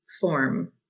form